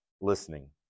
listening